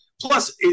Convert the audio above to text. plus